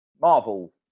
Marvel